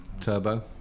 turbo